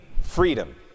freedom